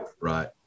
Right